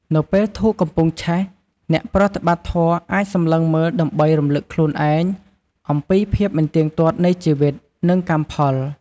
នៅពេលធូបកំពុងឆេះ អ្នកប្រតិបត្តិធម៌អាចសម្លឹងមើលដើម្បីរំលឹកខ្លួនឯងអំពីភាពមិនទៀងទាត់នៃជីវិត និងកម្មផល។